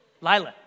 Lila